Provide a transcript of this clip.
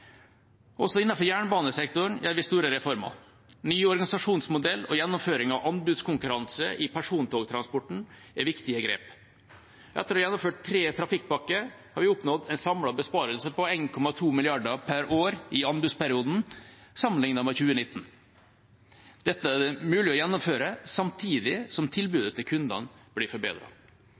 Også innenfor jernbanesektoren jobber vi med store reformer. Ny organisasjonsmodell og gjennomføring av anbudskonkurranse i persontogtransporten er viktige grep. Etter å ha gjennomført tre trafikkpakker har vi oppnådd en samlet besparelse på 1,2 mrd. kr per år i anbudsperioden, sammenlignet med 2019. Dette er det mulig å gjennomføre samtidig som tilbudet til kundene blir